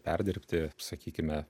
perdirbti sakykime